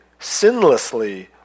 sinlessly